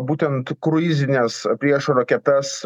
būtent kruizines priešo raketas